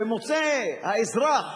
ומוצא האזרח,